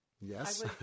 Yes